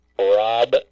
Rob